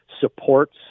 supports